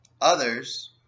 Others